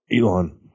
Elon